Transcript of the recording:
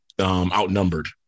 outnumbered